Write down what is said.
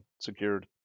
secured